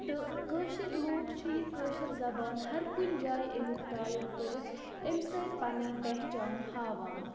تہٕ کٲشِر لوٗکھ چھِ یہِ کٲشِر زبان ہر کُنہِ جایہِ اَمیُک تایُن کٔرِتھ اَمہِ سۭتۍ پَنٕنۍ پہچان ہاوان